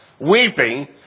Weeping